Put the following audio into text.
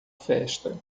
festa